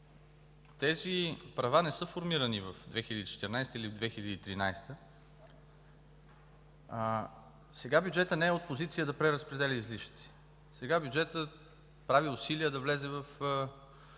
тези права не са формирани през 2014 г. или през 2013 г. Сега бюджетът не е от позиция да преразпределя излишъци. Сега бюджетът прави усилия да влезе в